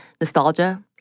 Nostalgia